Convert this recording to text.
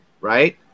right